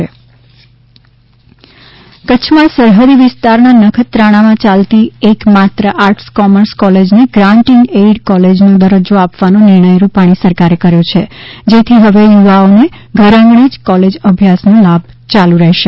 નખત્રાણામાં કોલેજને મજૂરી કચ્છમાં સરહદી વિસ્તારના નખત્રાણામાં ચાલતી એક માત્ર આર્ટસ કોમર્સ કોલેજને ગ્રાન્ટ ઇન એઇડ કોલેજ નો દરજ્જો આપવાનો નિર્ણય રૂપાણી સરકારે કર્યો છે જેથી હવે યુવાઓને ઘરઆંગણે જ કોલેજ અભ્યાસનો લાભ ચાલુ રહેશે